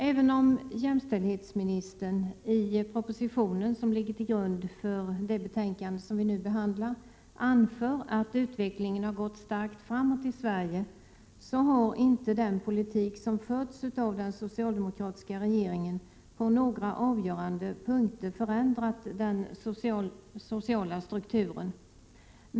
Även om jämställdhetsministern, i den proposition som ligger till grund för det betänkande som nu behandlas, anför att utvecklingen har gått starkt framåt i Sverige, har inte den politik som förts av den socialdemokratiska regeringen på några avgörande punkter förändrat den sociala strukturen.